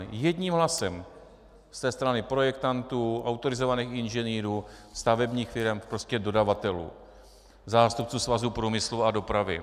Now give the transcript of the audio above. Jedním hlasem ze strany projektantů, autorizovaných inženýrů, stavebních firem, prostě dodavatelů, zástupců Svazu průmyslu a dopravy.